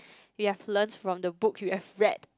you've learned from the book you've read